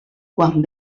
quan